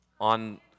on